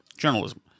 Journalism